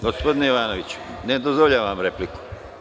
Gospodine Jovanoviću, ne dozvoljavam vam repliku.